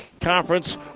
Conference